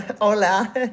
Hola